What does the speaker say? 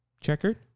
checkered